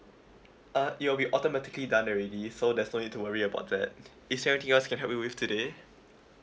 uh it will be all the automatically done already so there's no need to worry about that is there anything else can I help you with today